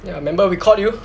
ya remember we called you